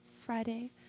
Friday